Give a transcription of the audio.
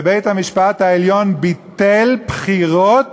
בית-המשפט העליון ביטל בחירות